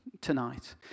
tonight